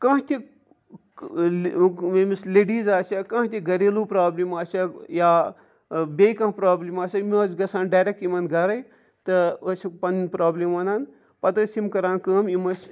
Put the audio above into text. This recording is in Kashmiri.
کانٛہہ تہِ ییٚمِس لیڈیٖز آسہِ یا کانٛہہ تہِ گَریلوٗ پرٛابلِم آسہِ ہا یا بیٚیہِ کانٛہہ پرٛابلِم آسہِ ہا یِم ٲسۍ گژھان ڈَرٮ۪ک یِمَن گَرَے تہٕ ٲسِکھ پَنٕںۍ پرٛابلِم وَنان پَتہٕ ٲسۍ یِم کَران کٲم یِم ٲسۍ